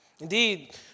Indeed